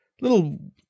little